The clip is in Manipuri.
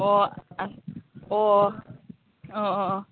ꯑꯣ ꯑꯥ ꯑꯣ ꯑꯣ ꯑꯣ ꯑꯣ